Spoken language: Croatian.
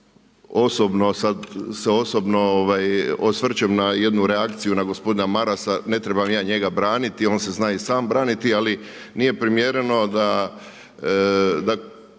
osobno sad se osobno osvrćem na jednu reakciju na gospodina Marasa, ne trebam ja njega braniti, on se sam zna braniti, ali nije primjereno da